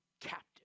captive